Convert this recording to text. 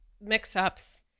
mix-ups